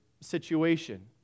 situation